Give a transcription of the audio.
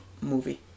movie